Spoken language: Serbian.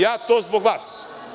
Ja to zbog vas.